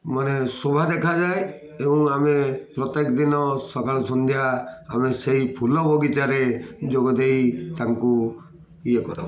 ମାନେ ଶୋଭା ଦେଖାଯାଏ ଏବଂ ଆମେ ପ୍ରତ୍ୟେକ ଦିନ ସକାଳ ସନ୍ଧ୍ୟା ଆମେ ସେଇ ଫୁଲ ବଗିଚାରେ ଯୋଗ ଦେଇ ତାଙ୍କୁ ଇଏ କରୁ